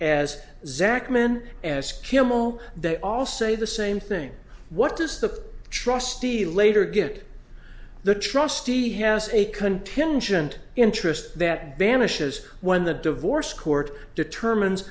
men as kimmel they all say the same thing what does the trustee later get the trustee has a contingent interest that vanishes when the divorce court determines